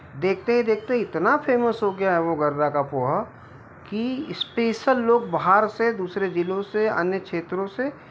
देखते ही देखते इतना फ़ेमस हो गया है वो गर्रा का पोहा की स्पेसल लोग बाहर से दूसरे जिलों से अन्य क्षेत्रों से